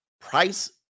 Price